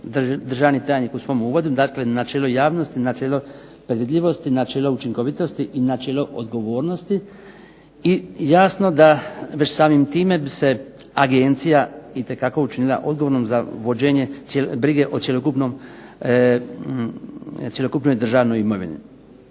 državni tajnik u svom uvodu, dakle načelo javnosti, načelo predvidljivosti, načelo učinkovitosti i načelo odgovornosti i jasno da već samim time bi se agencija itekako učinila odgovornom za vođenje brige o cjelokupnoj državnoj imovini.